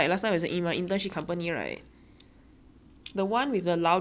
the one with the loudest mouth and the dumbest ideas are the business kids